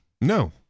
No